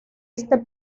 este